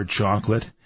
chocolate